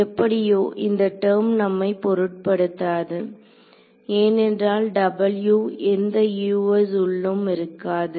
எப்படியோ இந்த டெர்ம் நம்மை பொருட்படுத்தாது ஏனென்றால் W எந்த Us உள்ளும் இருக்காது